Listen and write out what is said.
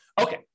Okay